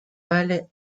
ballet